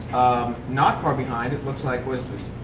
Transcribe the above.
not far behind, it looks like what is this?